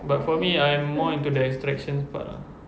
but for me I'm more into the attraction part ah